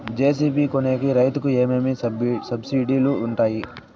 JCB కొనేకి రైతుకు ఏమేమి సబ్సిడి లు వుంటాయి?